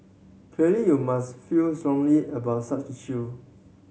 clearly you must feel strongly about such issue